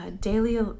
daily